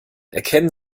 erkennen